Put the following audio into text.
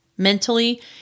Mentally